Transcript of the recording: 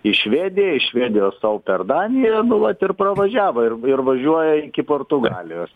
į švediją iš švedijos sau per daniją nu vat ir pravažiavo ir ir važiuoja iki portugalijos